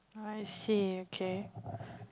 I see okay